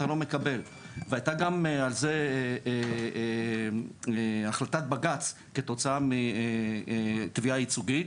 לא מקבל והייתה על זה גם החלטת בג"ץ כתוצאה מתביעה ייצוגית